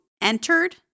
entered